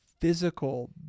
physical